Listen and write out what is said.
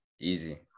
Easy